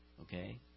okay